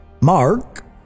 Mark